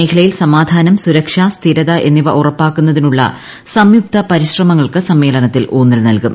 മേഖലയിൽ സമാധാനം സുരക്ഷ സ്ഥിരത എന്നിവ ഉറപ്പാക്കുന്നതിനുള്ള സംയുക്ത പരിശ്രമങ്ങൾക്ക് സമ്മേളനത്തിൽ ഊന്നൽ നൽകും